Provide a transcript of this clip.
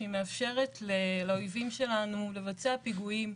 שהיא מאפשרת לאויבים שלנו לבצע פיגועים.